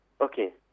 Okay